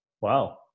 Wow